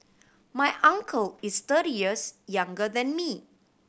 my uncle is thirty years younger than me